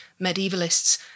medievalists